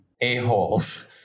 a-holes